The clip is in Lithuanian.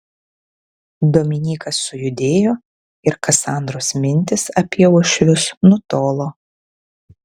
dominykas sujudėjo ir kasandros mintys apie uošvius nutolo